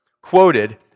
quoted